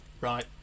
right